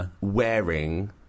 wearing